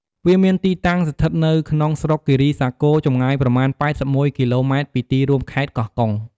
វាមានទីតាំងស្ថិតនៅក្នុងស្រុកគិរីសាគរ ចម្ងាយប្រមាណ ៨១ គីឡូម៉ែត្រពីទីរួមខេត្តកោះកុង។